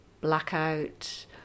blackout